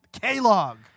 K-Log